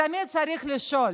תמיד צריך לשאול